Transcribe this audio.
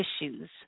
issues